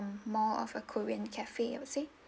~(um) more of a korean cafe I would say